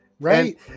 Right